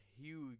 huge